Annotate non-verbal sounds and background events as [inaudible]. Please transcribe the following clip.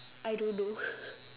I don't know [laughs]